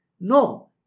No